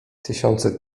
tysiące